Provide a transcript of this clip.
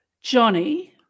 Johnny